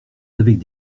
avec